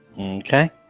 Okay